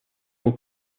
aux